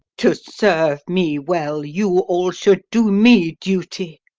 to serve me well, you all should do me duty,